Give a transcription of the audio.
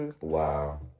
Wow